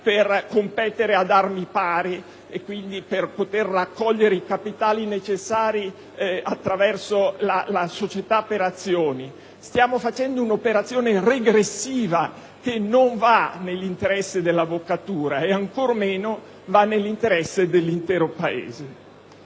per competere ad armi pari e quindi di raccogliere i capitali necessari attraverso la società per azioni. Si sta facendo un'operazione regressiva, che non va nell'interesse dell'avvocatura e ancor meno va nell'interesse del Paese.